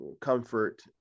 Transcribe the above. comfort